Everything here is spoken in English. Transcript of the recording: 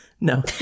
No